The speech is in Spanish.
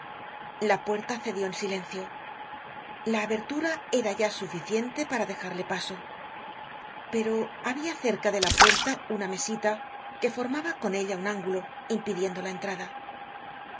la puerta cedió en silencio la abertura era ya suficiente para dejarle paso pero habia cerca de la puerta una mesita que formaba con ella un ángulo impidiendo la entrada